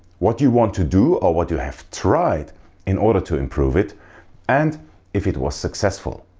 what you want to do or what you have tried in order to improve it and if it was successful.